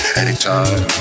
anytime